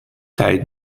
تأیید